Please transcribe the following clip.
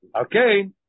Okay